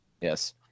Yes